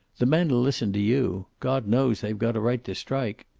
the men'll listen to you. god knows they've got a right to strike.